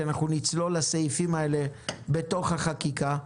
כי אנחנו נצלול לסעיפים האלה בתוך החקיקה,